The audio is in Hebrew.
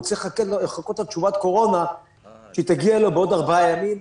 הוא צריך לחכות לתשובת קורונה שתגיע לו בעוד ארבעה ימים?